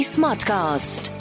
Smartcast